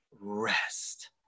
rest